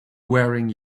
wearing